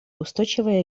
устойчивое